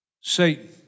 Satan